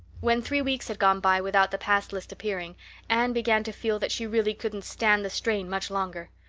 when three weeks had gone by without the pass list appearing anne began to feel that she really couldn't stand the strain much longer.